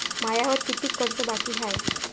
मायावर कितीक कर्ज बाकी हाय?